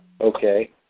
Okay